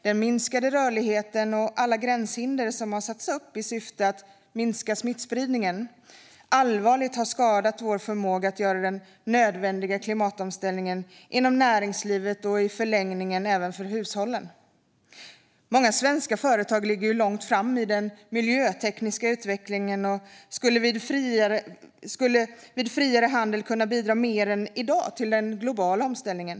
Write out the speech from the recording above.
Den minskade rörligheten och alla gränshinder som har satts upp i syfte att minska smittspridningen har allvarligt skadat vår förmåga att göra den nödvändiga klimatomställningen inom näringslivet och i förlängningen även för hushållen. Många svenska företag ligger långt fram i den miljötekniska utvecklingen och skulle vid en friare handel kunna bidra mer än i dag till den globala omställningen.